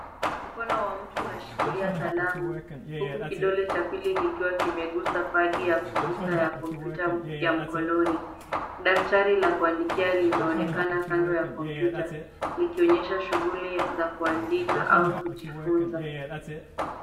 Mkono wa mtu unashikilia kalamu huku kidole cha pili kikiwa kimegusa padi ya kompyuta ya mkononi. Daftari la kuandikia limeonekana kando ya kompyuta likionyesha shughuli ya kuandika au kujifunza.